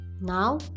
Now